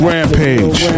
Rampage